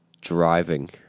driving